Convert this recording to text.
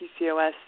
PCOS